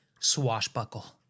swashbuckle